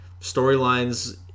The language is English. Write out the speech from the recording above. storylines